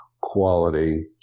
quality